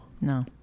No